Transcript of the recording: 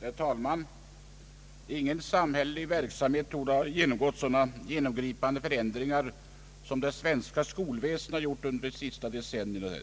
Herr talman! Ingen samhällelig verksamhet torde ha undergått så genomgripande förändringar som det svenska skolväsendet gjort under de senaste decennierna.